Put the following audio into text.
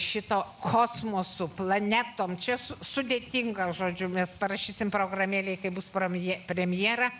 šito kosmosu planetom čia su sudėtinga žodžiu mes parašysim programėlėj kai bus prami premjera